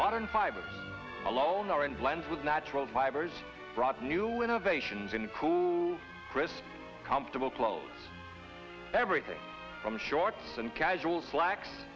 modern fibers alone or in blends with natural fibers brought new innovations in cool crisp comfortable clothes everything from shorts and casual slacks